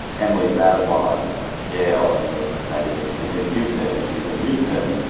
emily bazelon of yale and the new york times magazine is in houston and she's in houston.